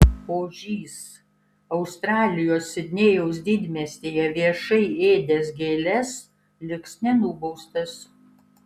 ožys australijos sidnėjaus didmiestyje viešai ėdęs gėles liks nenubaustas